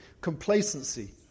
Complacency